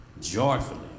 joyfully